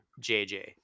JJ